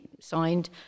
signed